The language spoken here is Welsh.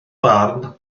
barn